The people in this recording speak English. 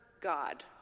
God